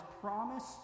promised